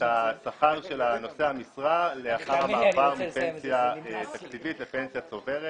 השכר של נושא המשרה לאחר המעבר מפנסיה תקציבית לפנסיה צוברת.